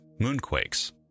Moonquakes